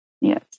yes